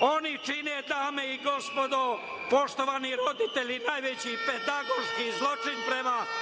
Oni čine, dame i gospodo, poštovani roditelji, najveći pedagoških zločin prema